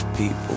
People